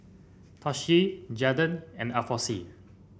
Tishie Jaden and Alfonse